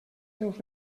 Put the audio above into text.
seus